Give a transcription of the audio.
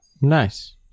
nice